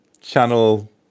channel